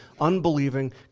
unbelieving